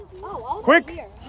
Quick